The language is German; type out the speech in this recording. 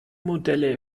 modelle